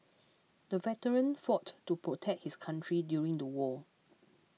the veteran fought to protect his country during the war